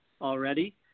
already